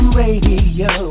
radio